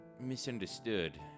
misunderstood